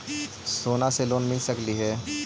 सोना से लोन मिल सकली हे?